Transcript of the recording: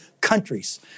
countries